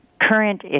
current